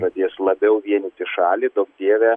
pradės labiau vienyti šalį duok dieve